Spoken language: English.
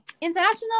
International